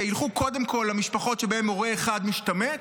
שילכו קודם כול למשפחות שבהן הורה אחד משתמט,